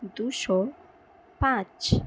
দুশো পাঁচ